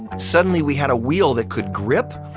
suddenly we had a wheel that could grip,